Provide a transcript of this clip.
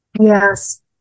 yes